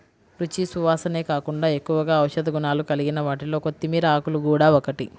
రుచి, సువాసనే కాకుండా ఎక్కువగా ఔషధ గుణాలు కలిగిన వాటిలో కొత్తిమీర ఆకులు గూడా ఒకటి